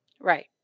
Right